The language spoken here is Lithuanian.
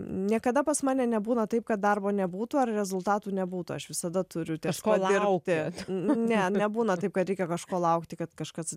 niekada pas mane nebūna taip kad darbo nebūtų ar rezultatų nebūtų aš visada turiu ties kuo dirbti ne nebūna taip kad reikia kažko laukti kad kažkas